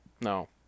No